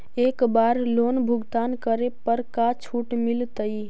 एक बार लोन भुगतान करे पर का छुट मिल तइ?